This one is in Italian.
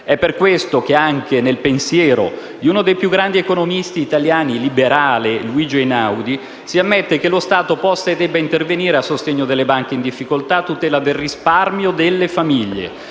È per questo che, anche nel pensiero di uno dei più grandi economisti liberali italiani, Luigi Einaudi, si ammette che lo Stato possa e debba intervenire a sostegno delle banche in difficoltà a tutela del risparmio delle famiglie: